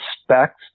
specs